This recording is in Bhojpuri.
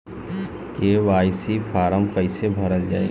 के.वाइ.सी फार्म कइसे भरल जाइ?